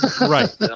right